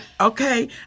okay